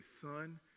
son